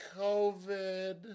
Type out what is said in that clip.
COVID